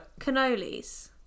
Cannolis